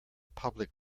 public